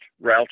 route